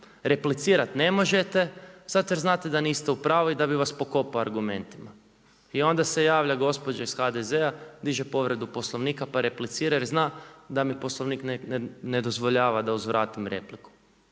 Replicirat ne možete zato jer znate da niste u pravu i da bi vas pokopao argumentima. I onda se javlja gospođa iz HDZ-a diže povredu Poslovnika pa replicira jer zna da mi Poslovnik ne dozvoljava da uzvratim repliku.